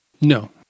No